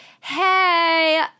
hey